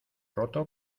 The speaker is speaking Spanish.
roto